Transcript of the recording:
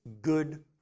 good